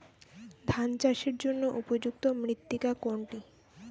ধান চাষের জন্য উপযুক্ত মৃত্তিকা কোনটি?